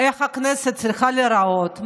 איך הכנסת צריכה להיראות,